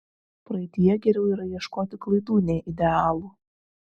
praeityje geriau yra ieškoti klaidų nei idealų